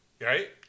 Right